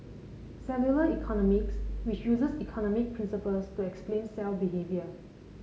cellular economics which uses economic principles to explain cell behaviour